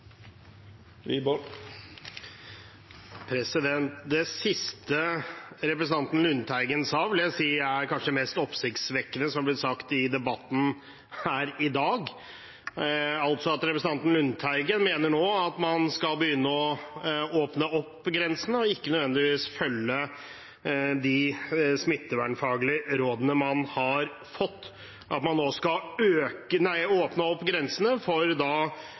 Det siste representanten Lundteigen sa, vil jeg si kanskje er det mest oppsiktsvekkende som er blitt sagt i debatten her i dag, når representanten Lundteigen mener at man skal begynne å åpne opp grensene og ikke nødvendigvis følge de smittevernfaglige rådene man har fått. At man nå skal åpne opp grensene for